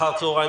אחר צוהריים